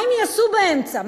מה הם יעשו באמצע,